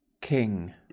King